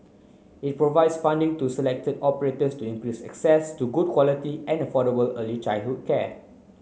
it provides funding to selected operators to increase access to good quality and affordable early childhood care